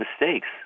mistakes